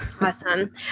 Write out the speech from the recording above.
Awesome